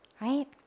Right